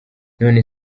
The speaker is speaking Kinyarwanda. none